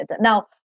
Now